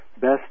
best